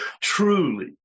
Truly